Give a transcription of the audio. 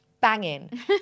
banging